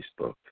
Facebook